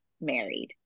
married